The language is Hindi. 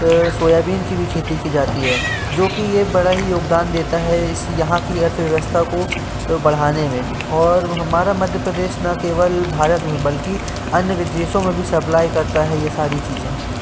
एवं सोयाबीन की भी खेती कि जाती है जो कि ये बड़ा ही योगदान देता है यहाँ कि अर्थव्यवस्था को बढ़ाने में और हमारा मध्य प्रदेश न केवल भारत में बल्कि अन्य विदेशों में भी सप्लाई करता है ये सारी चीज़ें